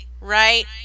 Right